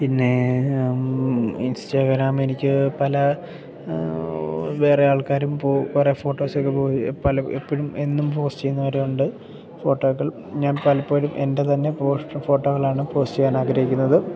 പിന്നെ ഇൻസ്റ്റാഗ്രാം എനിക്ക് പല വേറെ ആൾക്കാരും പോയി കുറെ ഫോട്ടോസൊക്കെ പോയി പല എപ്പോഴും എന്നും പോസ്റ്റ് ചെയ്യുന്നവർ ഉണ്ട് ഫോട്ടോകൾ ഞാൻ പലപ്പോഴും എൻ്റെ തന്നെ പോ ഫോട്ടോകളാണ് പോസ്റ്റ് ചെയ്യാൻ ആഗ്രഹിക്കുന്നത്